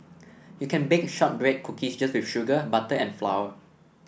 you can bake shortbread cookies just with sugar butter and flour